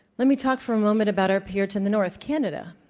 let me talk for a moment about our peer to and the north, canada.